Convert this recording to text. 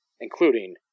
including